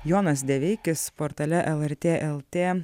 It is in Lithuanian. jonas deveikis portale lrt lt